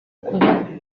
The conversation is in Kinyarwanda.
kuba